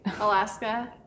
Alaska